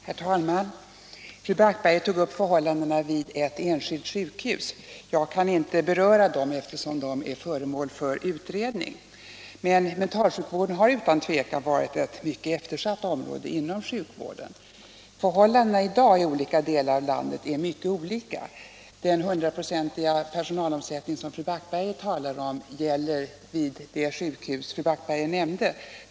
Herr talman! Fru Backberger tog upp förhållandena vid ett enskilt sjukhus. Jag kan inte beröra dem, eftersom de är föremål för utredning, men mentalsjukvården har utan tvivel varit ett mycket eftersatt område inom sjukvården. Förhållandena i dag i skilda delar av landet är mycket olika. Den hundraprocentiga personalomsättning som fru Backberger talar om gäller vid det sjukhus hon har nämnt.